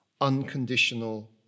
unconditional